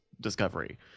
discovery